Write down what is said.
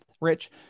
rich